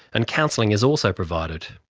and counselling is also provided.